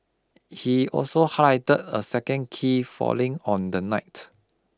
he also highlighted a second key failing on the night